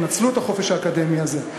תנצלו את החופש האקדמי הזה,